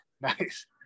nice